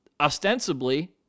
ostensibly